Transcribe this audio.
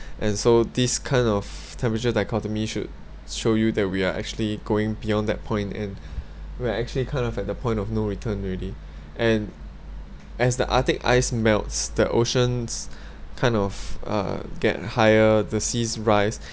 and so this kind of temperature dichotomy should show you that we're actually going beyond that point and we're actually kind of at the point of no return already and as the arctic ice melts the oceans kind of uh get higher the seas rise